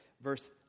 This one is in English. verse